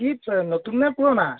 কি নতুন নে পুৰণা